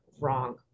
wrong